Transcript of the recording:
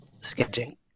sketching